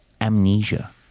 amnesia